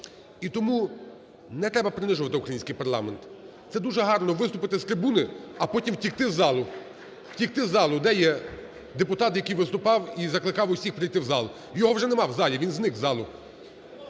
І тому не треба принижувати український парламент. Це гарно виступити з трибуни, а потім втекти з залу, втекти з залу. Де є депутат, який виступав і закликав всіх прийти в зал? Його вже немає в залі, він зник з залу.